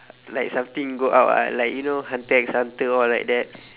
like something go out ah like you know hunter X hunter all like that